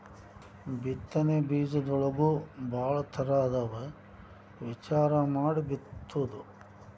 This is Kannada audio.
ಬಿತ್ತನೆ ಬೇಜದೊಳಗೂ ಭಾಳ ತರಾ ಇರ್ತಾವ ವಿಚಾರಾ ಮಾಡಿ ಬಿತ್ತುದು